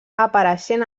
apareixent